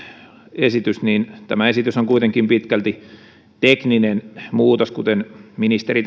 esitys niin tämä esitys on kuitenkin pitkälti tekninen muutos kuten ministeri